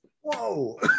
Whoa